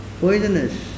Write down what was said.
poisonous